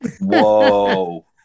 Whoa